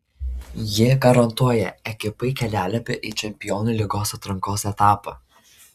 ji garantuoja ekipai kelialapį į čempionų lygos atrankos etapą